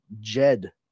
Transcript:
Jed